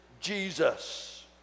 Jesus